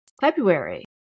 February